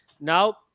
Now